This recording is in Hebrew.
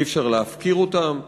אי-אפשר להפקיר אותם,